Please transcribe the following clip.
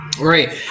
Right